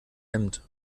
hemd